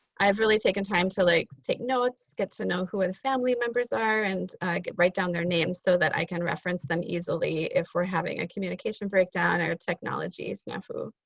i've really taken time to like take notes, get to know who the family members are and write down their names so that i can reference them easily if we're having a communication breakdown or a technology snafu.